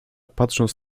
patrząc